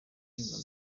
yambuwe